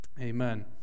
amen